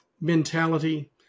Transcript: mentality